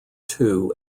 two